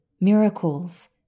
miracles